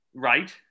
Right